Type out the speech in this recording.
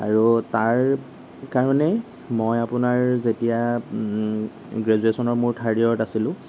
আৰু তাৰ কাৰণেই মই আপোনাৰ যেতিয়া গ্ৰেজ্যুৱেশ্যনৰ মোৰ থাৰ্ড ইয়াৰত আছিলোঁ